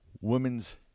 Women's